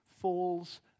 falls